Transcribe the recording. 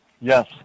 Yes